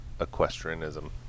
equestrianism